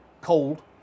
cold